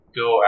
go